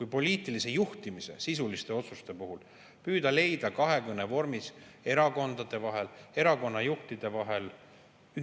ka poliitilist juhtimist sisuliste otsuste puhul, püüda leida kahekõne vormis erakondade vahel, erakonna juhtide vahel